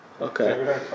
Okay